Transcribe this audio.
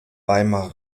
weimarer